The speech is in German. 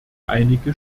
einige